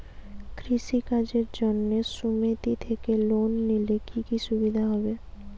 কৃষি কাজের জন্য সুমেতি থেকে লোন নিলে কি কি সুবিধা হবে?